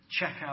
checkout